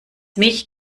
mich